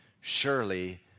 surely